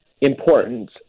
important